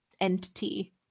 entity